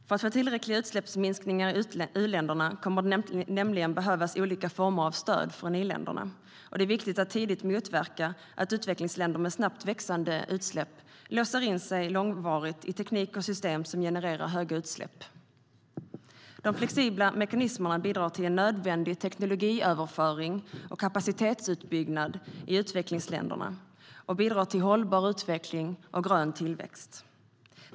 För att få tillräckliga utsläppsminskningar i u-länderna kommer det att behövas olika former av stöd från i-länderna, och det är viktigt att tidigt motverka att utvecklingsländer med snabbt växande utsläpp låser in sig långvarigt i teknik och system som genererar stora utsläpp. De flexibla mekanismerna bidrar till nödvändig teknologiöverföring och kapacitetsutbyggnad i utvecklingsländerna och bidrar till hållbar utveckling och grön tillväxt.